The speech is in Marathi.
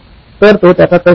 तर तो त्याचा तर्क होता